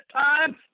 time